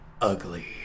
ugly